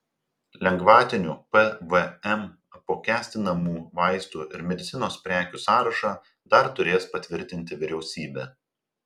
lengvatiniu pvm apmokestinamų vaistų ir medicinos prekių sąrašą dar turės patvirtinti vyriausybė